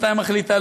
מתי מחליטה,